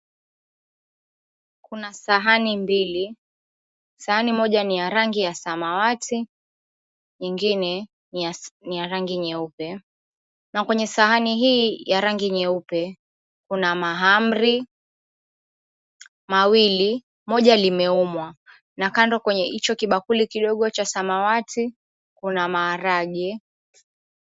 Kuna sahani mbili. Sahani moja ni ya rangi ya samawati, ingine ni ya rangi nyeupe, na kwenye sahani hii ya rangi nyeupe, kuna mahamri, mawili. Moja limeumwa, na kando kwenye hicho kibakuli kidogo cha samawati, kuna maharage.